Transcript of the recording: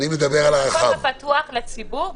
זה מקום הפתוח לציבור.